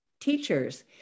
teachers